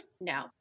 no